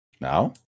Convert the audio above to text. Now